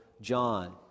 John